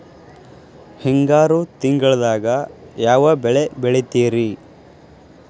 ಹಿಂಗಾರು ತಿಂಗಳದಾಗ ಯಾವ ಬೆಳೆ ಬೆಳಿತಿರಿ?